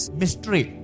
mystery